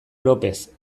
lopez